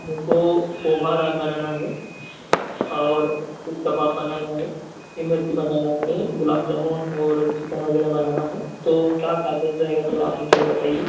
मेरे को पोहा दाल बनाना है सीख कबाब बनाना है इमरती बनाना है गुलाबजामुन और चिकन वगेरह बनाना है तो क्या चार्जेज़ रहेगा थोड़ा आप डिटेल में बताइए